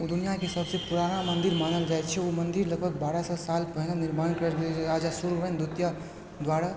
ओ दुनियाके सभसे पुराना मन्दिर मानल जाइत छै ओ मन्दिर लगभग बारह सए साल पहिले निर्माण करवाओल गेल राजा सूर्यवर्मन द्वितीय द्वारा